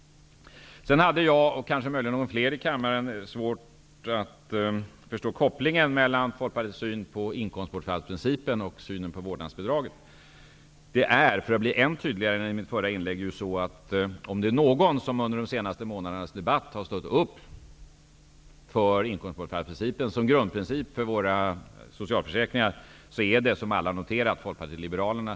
Sedan hade jag, och möjligen några fler i kammaren, svårt att förstå kopplingen mellan Folkpartiets syn på inkomstbortfallsprincipen och synen på vårdnadsbidraget. Det är, för att vara än tydligare än i mitt förra inlägg, ju så att om det är någon som under de senaste månadernas debatt har stått upp för inkomstbortfallsprincipen som grundprincip för våra socialförsäkringar så är det, som alla har noterat, Folkpartiet liberalerna.